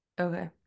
Okay